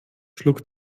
schlug